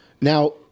Now